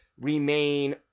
remain